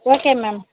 okay ma'am